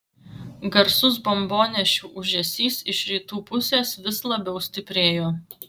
garsus bombonešių ūžesys iš rytų pusės vis labiau stiprėjo